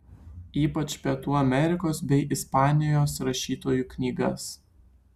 ypač pietų amerikos bei ispanijos rašytojų knygas